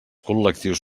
col·lectius